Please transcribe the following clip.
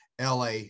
LA